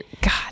god